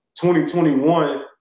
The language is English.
2021